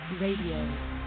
Radio